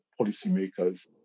policymakers